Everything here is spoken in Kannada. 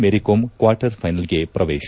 ಮೇರಿಕೋಮ್ ಕ್ವಾರ್ಟರ್ ಫ್ಸೆನಲ್ಗೆ ಪ್ರವೇಶ